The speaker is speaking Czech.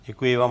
Děkuji vám.